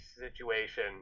situation